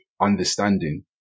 understanding